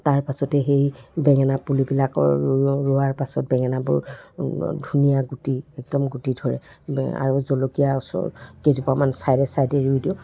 তাৰপাছতে সেই বেঙেনা পুলিবিলাকৰ ৰোৱাৰ পাছত বেঙেনাবোৰ ধুনীয়া গুটি একদম গুটি ধৰে আৰু জলকীয়া ওচৰ কেইজোপামান ছাইডে ছাইডে ৰুই দিওঁ